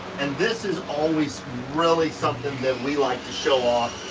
and this is always really something that we like to show off.